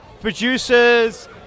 producers